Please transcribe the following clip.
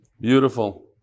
Beautiful